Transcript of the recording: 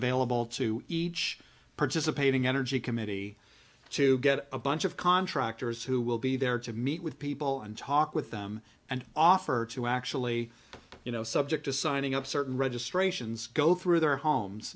available to each participating energy committee to get a bunch of contractors who will be there to meet with people and talk with them and offer to actually you know subject to signing up certain registrations go through their homes